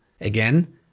Again